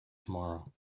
tomorrow